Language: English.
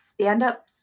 stand-up